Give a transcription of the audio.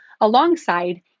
alongside